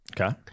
Okay